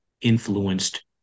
influenced